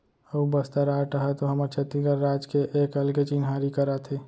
अऊ बस्तर आर्ट ह तो हमर छत्तीसगढ़ राज के एक अलगे चिन्हारी कराथे